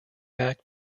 back